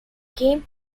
game